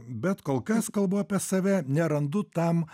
bet kol kas kalbu apie save nerandu tam